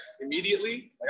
immediately